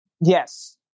Yes